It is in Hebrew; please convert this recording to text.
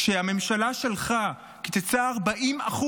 כשהממשלה שלך קיצצה 40%